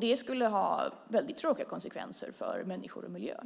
Det skulle ha mycket tråkiga konsekvenser för människor och miljö.